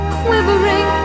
quivering